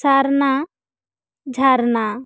ᱥᱟᱨᱱᱟ ᱡᱷᱟᱨᱱᱟ